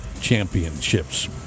championships